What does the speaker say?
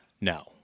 no